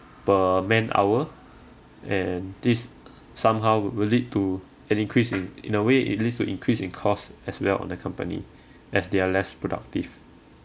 per man hour and this somehow will lead to an increase in in a way it leads to increase in cost as well on the company as they are less productive